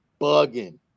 bugging